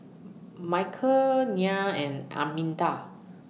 Michale Nyah and Arminta